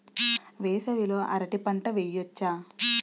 వేసవి లో అరటి పంట వెయ్యొచ్చా?